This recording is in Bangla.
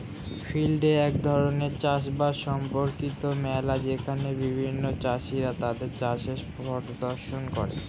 ফিল্ড ডে এক ধরণের চাষ বাস সম্পর্কিত মেলা যেখানে বিভিন্ন চাষীরা তাদের চাষের প্রদর্শন করে